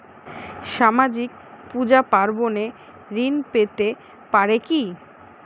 সামাজিক পূজা পার্বণে ঋণ পেতে পারে কি?